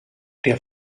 der